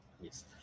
Yes